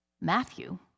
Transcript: Matthew